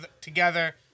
together